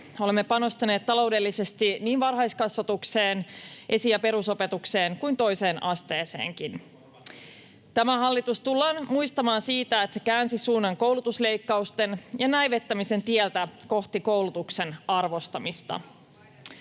Olemme panostaneet taloudellisesti niin varhaiskasvatukseen, esi- ja perusopetukseen kuin toiseen asteeseenkin. Tämä hallitus tullaan muistamaan siitä, että se käänsi suunnan koulutusleikkausten ja näivettämisen tietä kohti koulutuksen arvostamista.